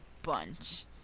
Bunch